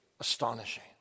astonishing